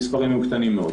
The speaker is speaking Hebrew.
המספרים הם קטנים מאוד.